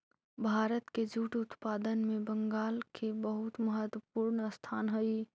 भारत के जूट उत्पादन में बंगाल के बहुत महत्त्वपूर्ण स्थान हई